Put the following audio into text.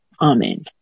Amen